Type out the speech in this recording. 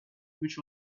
which